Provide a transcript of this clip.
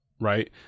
right